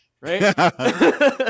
Right